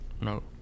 No